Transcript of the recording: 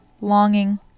longing